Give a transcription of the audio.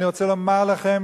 אני רוצה לומר לכם,